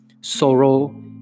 Sorrow